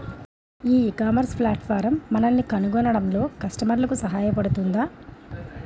ఈ ecommerce platform మిమ్మల్ని కనుగొనడంలో కస్టమర్లకు సహాయపడుతుందా?